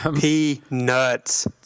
Peanuts